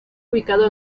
ubicado